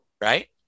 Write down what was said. right